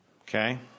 Okay